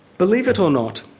believe it or not,